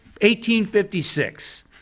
1856